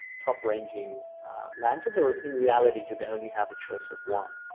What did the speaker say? top-ranging lanterns or in reality do they only have a choice of one.